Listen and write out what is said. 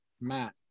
Matt